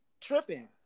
Tripping